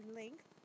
length